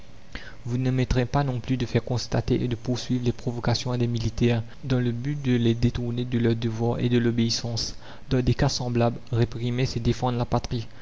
vous n'omettrez pas non plus de faire constater et de poursuivre les provocations à des militaires dans le but de les la commune détourner de leurs devoirs et de l'obéissance dans des cas semblables réprimer c'est défendre la patrie